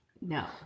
No